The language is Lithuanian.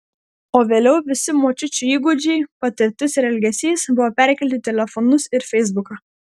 o vėliau visi močiučių įgūdžiai patirtis ir elgesys buvo perkelti į telefonus ir feisbuką